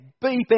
beep